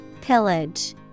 Pillage